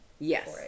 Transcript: yes